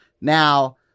now